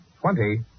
twenty